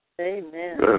Amen